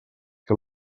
que